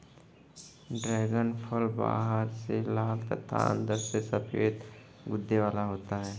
dragon फल बाहर से लाल तथा अंदर से सफेद गूदे वाला होता है